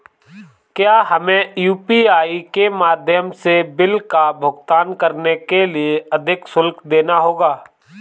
क्या हमें यू.पी.आई के माध्यम से बिल का भुगतान करने के लिए अधिक शुल्क देना होगा?